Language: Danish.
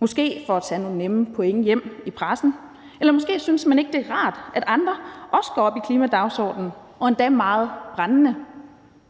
måske er det for at tage nogle nemme points hjem i pressen, eller måske synes man ikke, det er rart, at andre også går op i klimadagsordenen og endda meget brændende.